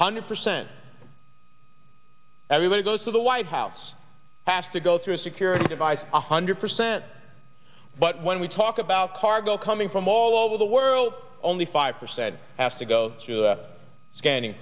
hundred percent everybody goes to the white house has to go through a security device one hundred percent but when we talk about cargo coming from all over the world only five percent has to go through the scanning